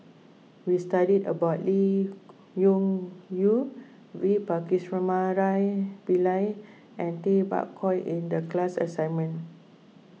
we studied about Lee Yong Yew V Pillai and Tay Bak Koi in the class assignment